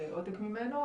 עותק ממנו,